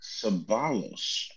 Sabalos